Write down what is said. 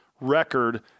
record